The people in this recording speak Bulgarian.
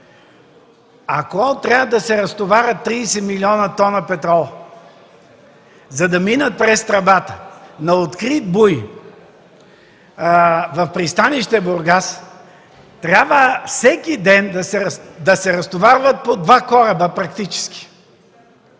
Ако трябва да се разтоварят 30 млн. тона петрол, за да минат през тръбата на открит буй в пристанище Бургас, практически трябва всеки ден да се разтоварват по два кораба.